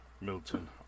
Milton